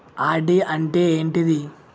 RD అంటే ఏంటిది?